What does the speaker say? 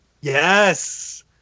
Yes